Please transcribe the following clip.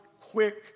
quick